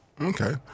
Okay